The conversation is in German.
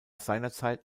seinerzeit